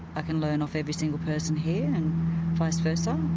i can learn off every single person here and vice versa,